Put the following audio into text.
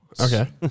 Okay